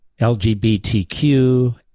LGBTQ